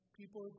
people